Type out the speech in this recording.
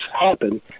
happen